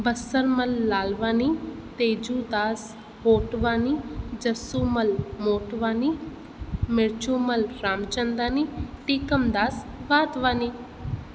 Basarmal Lalwani Tejudas Kotwani Jasumal Motwani Mirchumal Ramchandani Tikamdas Wadhwani